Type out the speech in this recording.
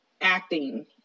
acting